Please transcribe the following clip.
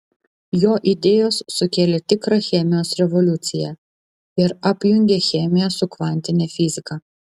jo idėjos sukėlė tikrą chemijos revoliuciją ir apjungė chemiją su kvantine fiziką